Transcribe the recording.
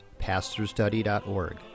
pastorstudy.org